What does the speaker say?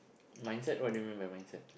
mindset what do you mean by mindset